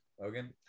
Logan